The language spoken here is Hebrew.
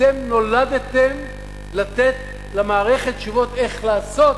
אתם נולדתם לתת למערכת תשובות איך לעשות,